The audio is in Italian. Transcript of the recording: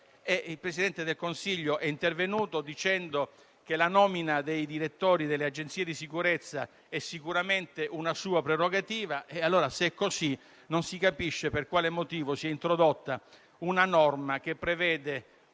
Il Presidente del Consiglio è intervenuto dicendo che la nomina dei direttori delle Agenzie di sicurezza è sicuramente una sua prerogativa. Ma, se è così, non si capisce per quale motivo si sia introdotta una norma che prevede